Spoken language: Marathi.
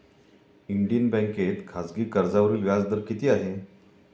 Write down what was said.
इंडियन बँकेत खाजगी कर्जावरील व्याजदर किती आहे?